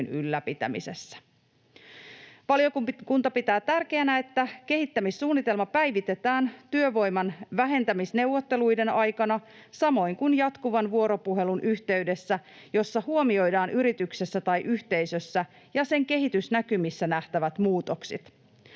ylläpitämisessä. Valiokunta pitää tärkeänä, että kehittämissuunnitelma päivitetään työvoiman vähentämisneuvotteluiden aikana, samoin kuin jatkuvan vuoropuhelun yhteydessä, jossa huomioidaan yrityksessä tai yhteisössä ja sen kehitysnäkymissä nähtävät muutokset.